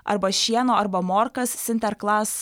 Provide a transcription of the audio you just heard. arba šieno arba morkas sinterklas